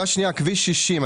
שאלה שנייה: כביש 60,